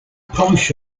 polish